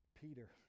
peter